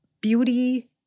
Beauty